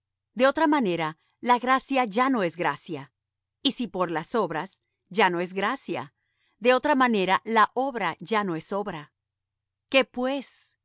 de otra manera la gracia ya no es gracia y si por las obras ya no es gracia de otra manera la obra ya no es obra qué pues